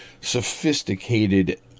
sophisticated